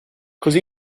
così